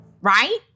right